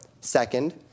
second